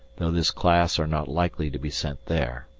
though this class are not likely to be sent there.